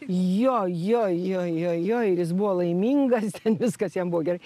jo jo jo jo jo ir jis buvo laimingas ten viskas jam buvo gerai